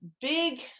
big